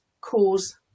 cause